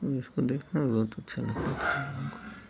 और इसको देखना भी बहुत अच्छा लगता था हमको